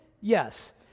Yes